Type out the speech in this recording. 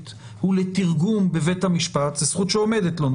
היא לתרגום בבית המשפט זו זכות שעומדת לו,